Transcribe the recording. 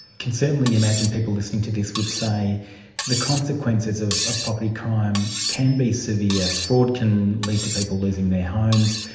can certainly imagine people listening to this would say the consequences of of property crime can be severe. fraud can lead to people losing their homes,